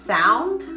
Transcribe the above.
sound